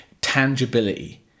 tangibility